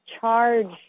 charge